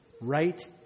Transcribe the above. right